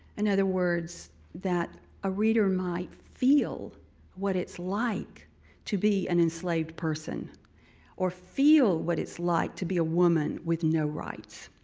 in other words, that a reader might feel what it's like to be an enslaved person or feel what it's like to be a woman with no rights.